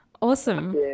Awesome